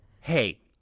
Hey